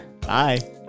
Bye